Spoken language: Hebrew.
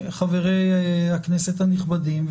חברי הכנסת הנכבדים,